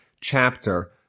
chapter